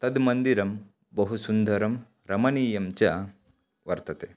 तद् मन्दिरं बहु सुन्दरं रमणीयं च वर्तते